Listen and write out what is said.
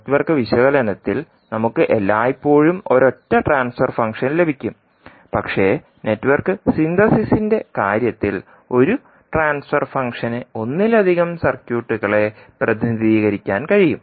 network വിശകലനത്തിൽ നമുക്ക് എല്ലായ്പ്പോഴും ഒരൊറ്റ ട്രാൻസ്ഫർ ഫംഗ്ഷൻ ലഭിക്കും പക്ഷേ നെറ്റ്വർക്ക് സിന്തസിസിന്റെ കാര്യത്തിൽ ഒരു ട്രാൻസ്ഫർ ഫംഗ്ഷന് ഒന്നിലധികം സർക്യൂട്ടുകളെ പ്രതിനിധീകരിക്കാൻ കഴിയും